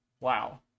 wow